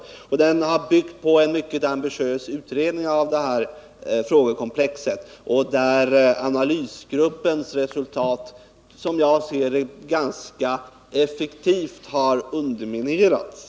Denna framställan byggde på en mycket ambitiös utredning av frågekomplexet, där analysgruppens resultat — som jag ser det — ganska effektivt har underminerats.